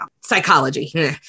Psychology